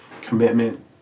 commitment